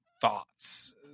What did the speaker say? thoughts